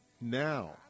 now